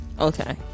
Okay